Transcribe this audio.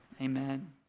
Amen